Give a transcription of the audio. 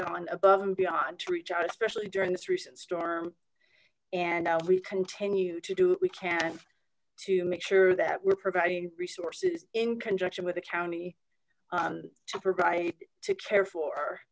gone above and beyond to reach out especially during this recent storm and we continue to do what we can to make sure that we're providing resources in conjunction with the county to provide to care for